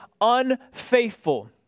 unfaithful